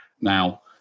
Now